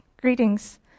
Greetings